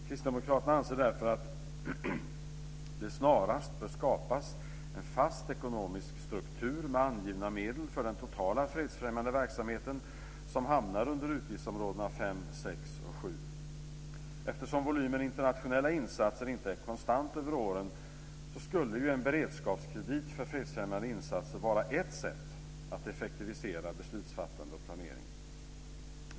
Kristdemokraterna anser därför att det snarast bör skapas en fast ekonomisk struktur med angivna medel för den totala fredsfrämjande verksamhet som hamnar under utgiftsområdena 5, 6 och 7. Eftersom volymen internationella insatser inte är konstant över åren skulle en beredskapskredit för fredsfrämjande insatser vara ett sätt att effektivisera beslutsfattande och planering.